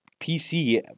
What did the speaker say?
pc